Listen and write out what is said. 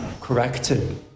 corrected